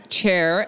chair